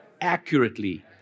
Accurately